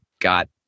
got